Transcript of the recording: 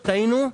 טעינו,